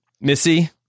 Missy